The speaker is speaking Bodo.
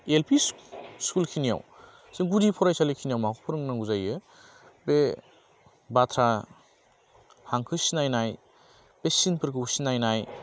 एलपि स्कुल खिनिआव जों गुदि फरायसालि खिनियाव माखौ फोरोंनांगौ जायो बे बाथ्रा हांखो सिनायनाय बे सिनफोरखौ सिनायनाय